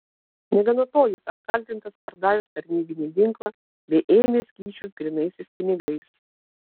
negana to jis apkaltintas pardavęs tarnybinį ginklą bei ėmęs kyšius grynaisiais pinigais